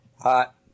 Hot